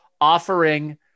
offering